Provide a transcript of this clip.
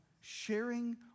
sharing